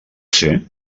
ser